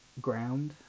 ground